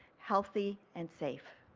healthy and safe.